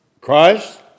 Christ